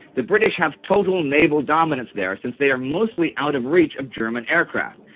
the british have total naval dominance there since they are mostly out of reach of german aircraft,